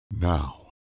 Now